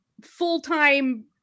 full-time